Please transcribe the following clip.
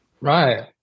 Right